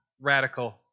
radical